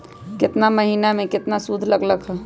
केतना महीना में कितना शुध लग लक ह?